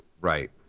Right